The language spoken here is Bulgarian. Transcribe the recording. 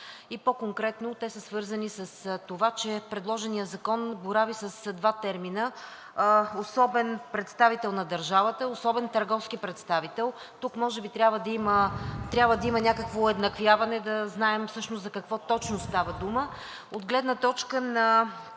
и по-конкретно те са свързани с това, че предложеният закон борави с два термина – особен представител на държавата и особен търговски представител. Тук може би трябва да има някакво уеднаквяване, за да знаем всъщност за какво точно става дума. От гледна точка на